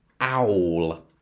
owl